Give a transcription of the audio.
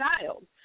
child